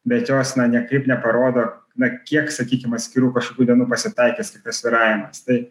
bet jos na niekaip neparodo na kiek sakykim atskirų kažkokių dienų pasitaikys kitas svyravimas tai